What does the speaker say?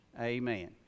Amen